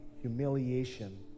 humiliation